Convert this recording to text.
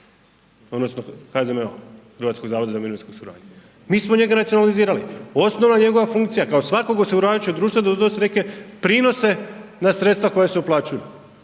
sustava? Prvo nacionalizacijom HZMO-a, mi smo njega nacionalizirali. Osnovna njegova funkcija kao svakog osiguravajućeg društva da donosi neke prinose na sredstva koja se uplaćuju.